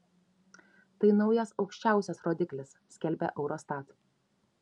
tai naujas aukščiausias rodiklis skelbia eurostat